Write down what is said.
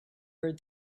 heard